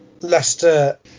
Leicester